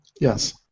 Yes